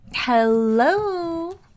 hello